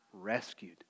rescued